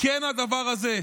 כן הדבר הזה".